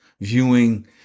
viewing